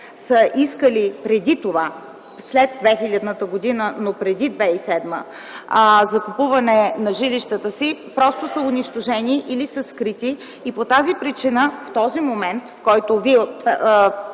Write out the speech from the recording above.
са искали преди това – след 2000 г., но преди 2007 г., закупуване на жилищата си, просто са унищожени или са скрити и по тази причина в този момент, в който Вие